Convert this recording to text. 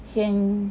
先